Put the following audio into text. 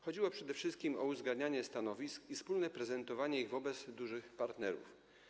Chodziło przede wszystkim o uzgadnianie stanowisk i wspólne prezentowanie ich wobec dużych partnerów.